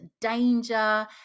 danger